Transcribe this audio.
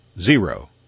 zero